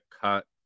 cut